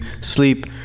sleep